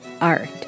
art